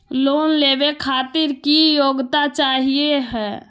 Loan लेवे खातीर की योग्यता चाहियो हे?